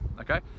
okay